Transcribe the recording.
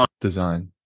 design